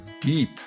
deep